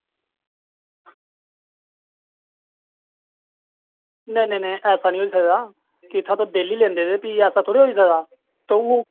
नेईं नेईं ऐसा नेईं होई सकदा किठा तुस डेली लेंदे रेए फ्ही ऐसा थोह्ड़ी ना होई सकदा तू ओह्